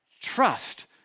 trust